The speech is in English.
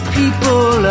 people